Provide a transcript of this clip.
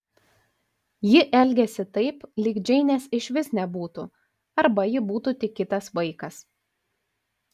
ji elgėsi taip lyg džeinės išvis nebūtų arba ji būtų tik kitas vaikas